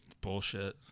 Bullshit